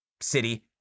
city